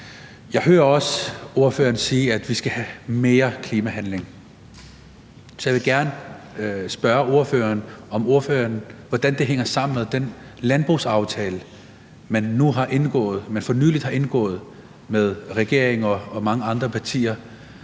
Jeg hører også ordføreren sige, at vi skal have mere klimahandling, så jeg vil gerne spørge ordføreren, hvordan det hænger sammen med den landbrugsaftale, man for nylig har indgået med regeringen og mange andre partier,